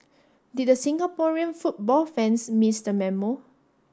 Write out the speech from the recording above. did the Singaporean football fans miss the memo